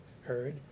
heard